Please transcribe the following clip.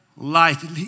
Life